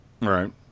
right